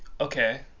Okay